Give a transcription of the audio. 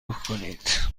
نکنید